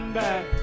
back